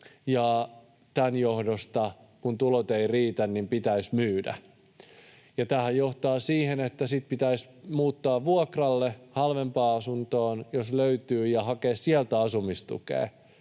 ja tämän johdosta, kun tulot eivät riitä, pitäisi myydä. Tämähän johtaa siihen, että sitten pitäisi muuttaa vuokralle halvempaan asuntoon, jos löytyy, ja hakea sieltä asumistukea